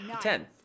Ten